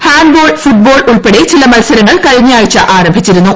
handball football ഉൾപ്പെടെ ചില മൽസരങ്ങൾ കഴിഞ്ഞയാഴ്ച ആരംഭിച്ചിരുന്നു